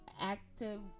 active